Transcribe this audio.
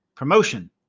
promotion